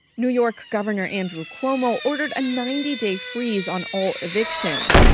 new york governor andrew cuomo ordered a ninety day freeze on all evictions.